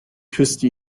küsste